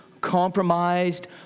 compromised